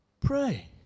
Pray